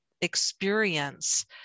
experience